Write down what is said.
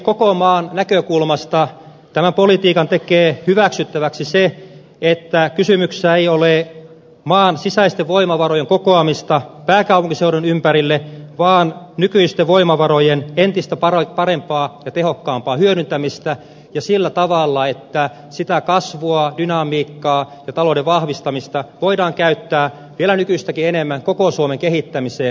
koko maan näkökulmasta tämän politiikan tekee hyväksyttäväksi se että kysymyksessä ei ole maan sisäisten voimavarojen kokoamista pääkaupunkiseudun ympärille vaan nykyisten voimavarojen entistä parempaa ja tehokkaampaa hyödyntämistä ja sillä tavalla että sitä kasvua dynamiikkaa ja talouden vahvistamista voidaan käyttää vielä nykyistäkin enemmän koko suomen kehittämiseen